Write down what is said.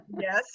Yes